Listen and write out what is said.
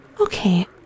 Okay